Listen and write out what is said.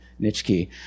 Nitschke